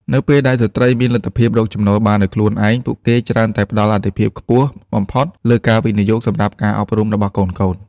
នៅពេលដែលស្ត្រីមានលទ្ធភាពរកចំណូលបានដោយខ្លួនឯង ពួកគេច្រើនតែផ្ដល់អាទិភាពខ្ពស់បំផុតលើការវិនិយោគសម្រាប់ការអប់រំរបស់កូនៗ។